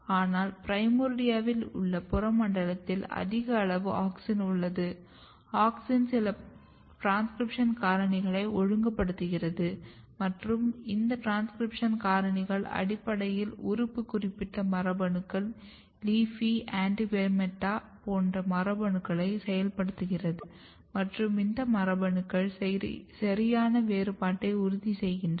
ஆனால் பிரைமோர்டியாவில் உள்ள புற மண்டலத்தில் அதிக அளவு ஆக்ஸின் உள்ளது ஆக்ஸின் சில டிரான்ஸ்கிரிப்ஷன் காரணிகளை ஒழுங்குபடுத்துகிறது மற்றும் இந்த டிரான்ஸ்கிரிப்ஷன் காரணிகள் அடிப்படையில் உறுப்பு குறிப்பிட்ட மரபணுக்கள் LEAFY ANTIGUMETA போன்ற மரபணுக்களை செயல்படுத்துகிறது மற்றும் இந்த மரபணுக்கள் சரியான வேறுபாட்டை உறுதி செய்கின்றன